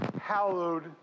hallowed